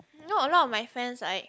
you know a lot of my friends like